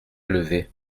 levé